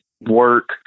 work